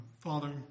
father